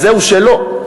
אז זהו, שלא.